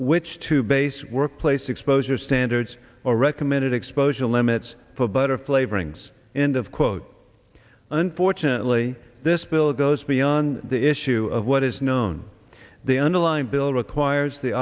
which to base workplace exposure standards or recommended exposure limits for butter flavorings end of quote unfortunately this bill goes beyond the issue of what is known the underlying bill requires the